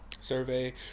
survey